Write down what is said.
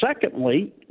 secondly